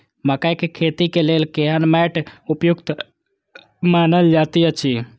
मकैय के खेती के लेल केहन मैट उपयुक्त मानल जाति अछि?